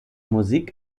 musik